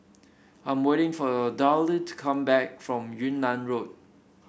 I'm waiting for Daryle to come back from Yunnan Road